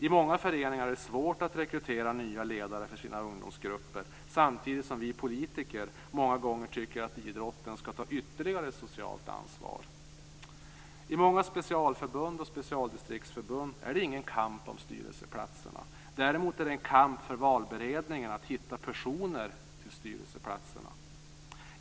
I många föreningar är det svårt att rekrytera nya ledare för ungdomsgrupperna, samtidigt som vi politiker tycker att idrottsrörelsen skall ta ytterligare socialt ansvar. I många specialförbund och specialdistriktsförbund är det ingen kamp om styrelseplatserna. Däremot är det en kamp för valberedningarna att hitta personer till styrelseplatserna.